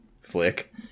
flick